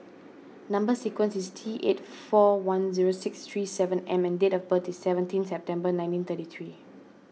Number Sequence is T eight four one zero six three seven M and date of birth is seventeen September nineteen thirty three